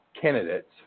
candidates